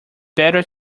better